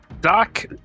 doc